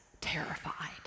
terrified